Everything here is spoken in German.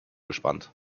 gespannt